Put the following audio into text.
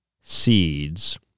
seeds